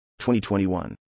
2021